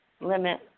limit